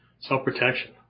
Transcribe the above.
Self-protection